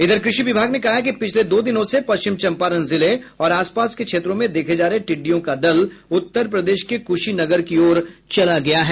इधर कृषि विभाग ने कहा है कि पिछले दो दिनों से पश्चिम चंपारण जिले और आसपास के क्षेत्रों में देखे जा रहे टिड्डियों का दल उत्तर प्रदेश के कुशीनगर की ओर चला गया है